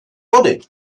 body